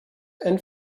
and